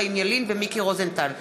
חיים ילין ומיקי רוזנטל בנושא: